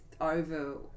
over